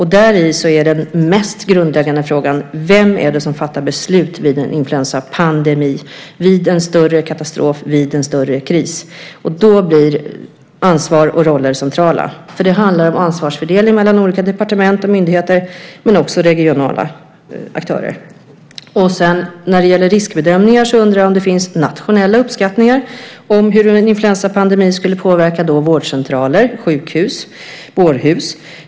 Där är den mest grundläggande frågan: Vem är det som fattar beslut vid en influensapandemi, vid en större katastrof, vid en större kris? Då blir ansvar och roller centrala, för det handlar om ansvarsfördelning mellan olika departement och myndigheter, men också om regionala aktörer. När det gäller riskbedömningar undrar jag om det finns nationella uppskattningar om hur en influensapandemi skulle påverka vårdcentraler, sjukhus, bårhus.